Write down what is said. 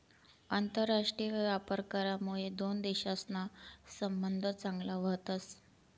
आंतरराष्ट्रीय व्यापार करामुये दोन देशसना संबंध चांगला व्हतस